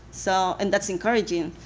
so and that's encouraging,